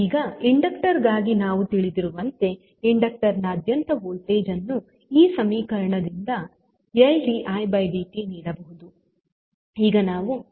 ಈಗ ಇಂಡಕ್ಟರ್ ಗಾಗಿ ನಾವು ತಿಳಿದಿರುವಂತೆ ಇಂಡಕ್ಟರ್ ನಾದ್ಯಂತದ ವೋಲ್ಟೇಜ್ ಅನ್ನು ಈ ಸಮೀಕರಣದಿಂದ L D I D T L didt ನೀಡಬಹುದು